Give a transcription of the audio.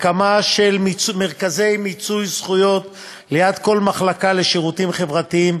הקמה של מרכזי מיצוי זכויות ליד כל מחלקה לשירותים חברתיים,